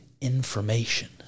information